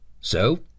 So